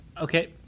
Okay